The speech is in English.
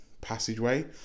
passageway